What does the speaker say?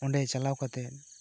ᱚᱸᱰᱮ ᱪᱟᱞᱟᱣ ᱠᱟᱛᱮᱜ